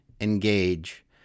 engage